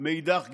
מאידך גיסא.